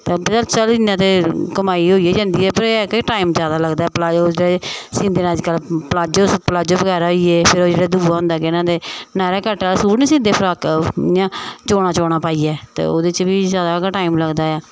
चल इन्ना ते ऐ कि सलाई ते होई गै जंदा ऐ पर टाइम ते लगदा ऐ प्लाजो ते सींदे न अज्जकल प्लाजो प्लाजो बगैरा होई गे फिर दूआ होंदा ओह् केह् नांऽ लैंदे नायरा कट आह्ला सूट नी सींदे फ्राकां इ'यां चोनां चोनां पाइयै ते ओह्दे च बी जादा गै टैम लगदा ऐ